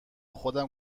خودم